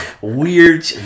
weird